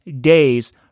days